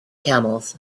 camels